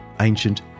ancient